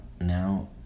Now